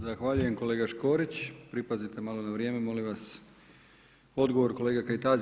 Zahvaljujem kolega Škorić, pripazite malo na vrijeme, molim vas odgovor, kolega Kajtazi.